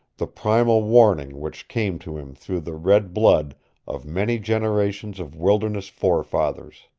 the primal warning which came to him through the red blood of many generations of wilderness forefathers.